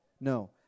No